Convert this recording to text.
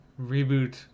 reboot